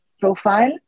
profile